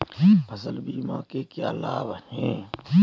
फसल बीमा के क्या लाभ हैं?